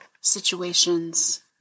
situations